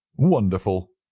wonderful!